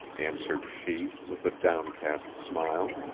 answered she, with a downcast smile.